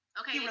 okay